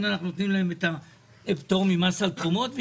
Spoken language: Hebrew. אנחנו נותנים להן את הפטור ממס על תרומות?